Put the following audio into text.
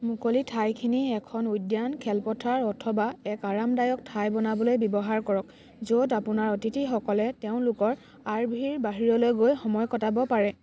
মুকলি ঠাইখিনি এখন উদ্যান খেলপথাৰ অথবা এক আৰামদায়ক ঠাই বনাবলৈ ব্যৱহাৰ কৰক য'ত আপোনাৰ অতিথিসকলে তেওঁলোকৰ আৰ ভিৰ বাহিৰলৈ গৈ সময় কটাব পাৰে